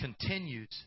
continues